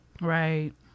Right